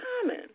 common